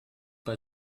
bei